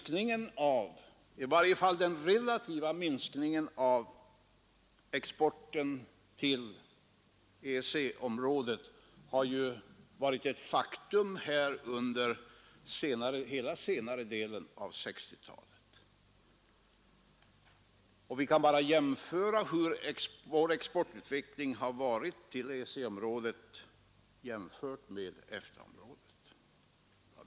Den i varje fall relativa minskningen av exporten till EEC-området har ju varit ett faktum under hela senare delen av 1960-talet. Vi kan bara se på hur utvecklingen av vår export till EEC-området har varit jämfört med utvecklingen av exporten till EFTA-området.